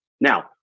Now